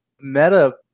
meta